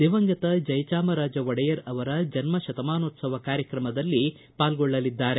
ದಿವಂಗತ ಜಯಚಾಮರಾಜ ಒಡೆಯರ್ ಅವರ ಜನ್ಮ ಶತಮಾನೋತ್ಸವ ಕಾರ್ಯಕ್ರಮದಲ್ಲಿ ಪಾಲ್ಗೊಳ್ಳಲಿದ್ದಾರೆ